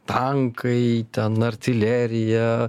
tankai ten artilerija